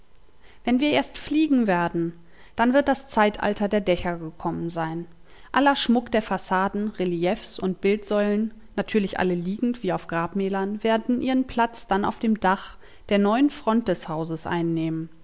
wenn wir erst fliegen werden dann wird das zeitalter der dächer gekommen sein aller schmuck der fassaden reliefs und bildsäulen natürlich alle liegend wie auf grabmälern werden ihren platz dann auf dem dach der neuen front des hauses einnehmen